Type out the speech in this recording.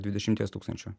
dvidešimties tūkstančių